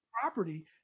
property